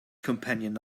companion